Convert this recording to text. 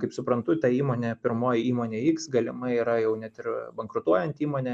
kaip suprantu ta įmonė pirmoji įmonė x galimai yra jau net ir bankrutuojant įmonė